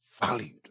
valued